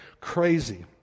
crazy